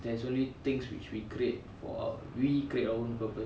there is only things which we create for our we create our own purpose